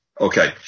Okay